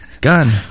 gun